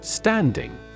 Standing